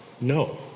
No